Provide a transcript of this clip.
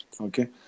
okay